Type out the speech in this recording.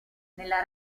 nella